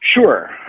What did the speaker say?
Sure